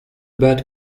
bad